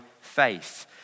faith